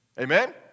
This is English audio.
Amen